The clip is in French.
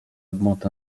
augmente